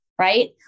right